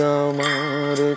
amar